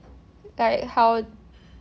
like how